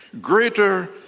greater